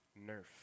nerf